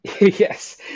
yes